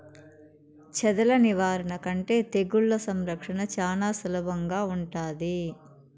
చెదల నివారణ కంటే తెగుళ్ల సంరక్షణ చానా సులభంగా ఉంటాది